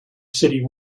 city